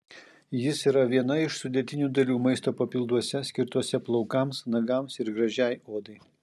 jis yra viena iš sudėtinių dalių maisto papilduose skirtuose plaukams nagams ir gražiai odai